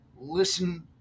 listen